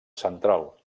central